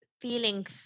feeling